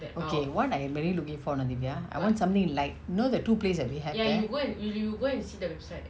okay what I'm really looking for ah dyvia I want something like you know the two plates that we have there